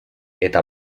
eta